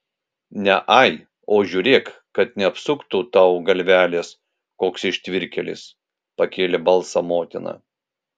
ne ai o žiūrėk kad neapsuktų tau galvelės koks ištvirkėlis pakėlė balsą motina